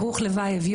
ברוך ליוייב,